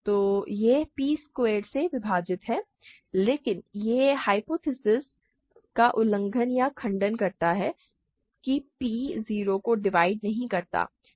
तो यह p squared से विभाज्य है लेकिन यह इस हाइपोथिसिस का उल्लंघन या खंडन करता है कि p 0 को डिवाइड नहीं करता है